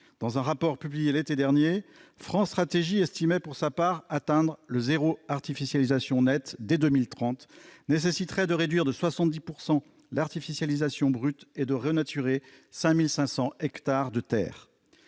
Dans un rapport publié l'été dernier, France Stratégie estimait pour sa part qu'atteindre l'objectif de « zéro artificialisation nette » dès 2030 nécessiterait de réduire de 70 % l'artificialisation brute et de retourner à la nature 5 500 hectares de terres.